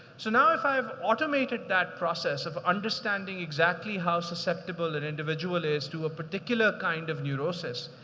so now, if i have automated that process of understanding exactly how susceptible an individual is to a particular kind of neurosis.